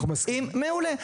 אנחנו מסכימים עם זה.